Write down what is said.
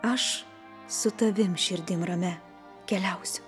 aš su tavim širdim ramia keliausiu